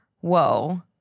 whoa